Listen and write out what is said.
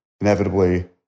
inevitably